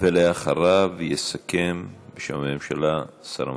לאחריו יסכם, בשם הממשלה, שר המדע.